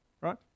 right